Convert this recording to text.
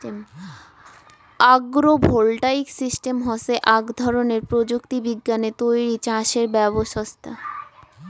agro voltaic system হসে আক ধরণের প্রযুক্তি বিজ্ঞানে তৈরী চাষের ব্যবছস্থা